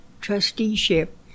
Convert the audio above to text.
trusteeship